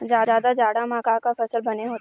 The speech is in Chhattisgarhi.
जादा जाड़ा म का का फसल बने होथे?